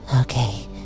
Okay